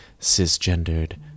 cisgendered